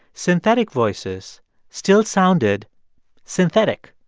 synthetic voices still sounded synthetic.